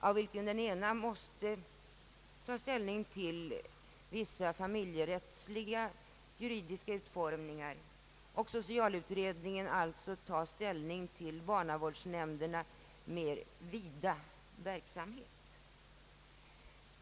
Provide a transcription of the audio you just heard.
Den senare måste ta ställning till vissa familjerättsliga juridiska utformningar och socialutredningen till barnavårdsnämndernas mera vida verksamhet.